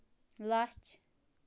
لَچھ